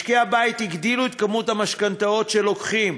משקי הבית הגדילו את כמות המשכנתאות שהם לוקחים.